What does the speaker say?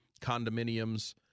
condominiums